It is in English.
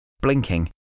blinking